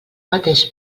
mateix